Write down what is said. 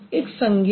एक संज्ञा